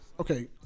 Okay